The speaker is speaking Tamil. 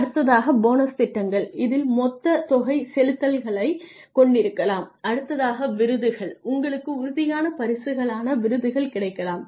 அடுத்ததாக போனஸ் திட்டங்கள் இதில் மொத்த தொகை செலுத்துதல்களைக் கொண்டிருக்கலாம் அடுத்ததாக விருதுகள் உங்களுக்கு உறுதியான பரிசுகளான விருதுகள் கிடைக்கலாம்